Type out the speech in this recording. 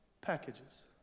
packages